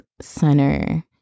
center